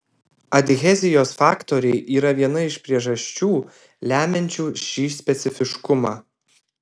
adhezijos faktoriai yra viena iš priežasčių lemiančių šį specifiškumą